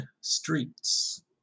streets